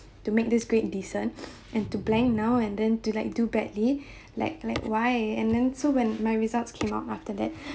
to make this grade decent and to blank now and then to like do badly like like why and then so when my results came out after that